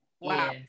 Wow